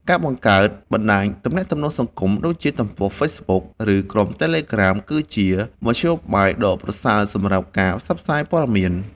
ការបង្កើតបណ្តាញទំនាក់ទំនងសង្គម ដូចជា ទំព័រហ្វេសប៊ុក ឬ ក្រុមតេលេក្រាម គឺជាមធ្យោបាយដ៏ប្រសើរសម្រាប់ការផ្សព្វផ្សាយព័ត៌មាន។